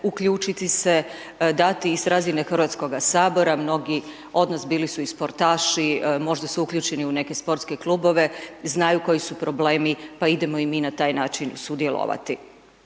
uključiti se dati iz razine Hrvatskoga sabora, mnogi odnosi bili su i sportaši, možda su uključeni u neke sportske klubove, znaju koji su problemi, pa idemo i mi na taj način sudjelovati.